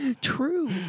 True